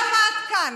למה עד כאן?